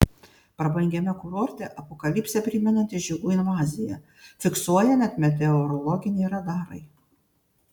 prabangiame kurorte apokalipsę primenanti žiogų invazija fiksuoja net meteorologiniai radarai